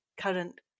current